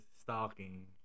stalking